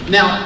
Now